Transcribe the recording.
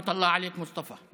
רחמת אללה עליכ, מוסטפא.